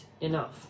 enough